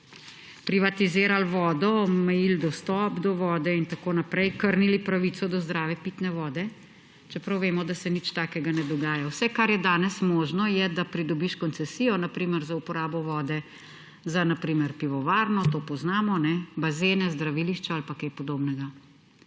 privatizirali vodo, omejil dostop do vode in tako naprej, krnili pravico do zdrave pitne vode, čeprav vemo, da se nič takega ne bo dogaja. Vse, kar je danes možno, je, da pridobiš koncesijo; na primer za uporabo vode za, na primer, pivovarno, to poznamo, bazene, zdravilišča ali pa kaj podobnega.